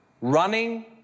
Running